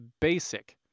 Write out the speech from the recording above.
basic